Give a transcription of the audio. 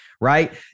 right